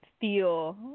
feel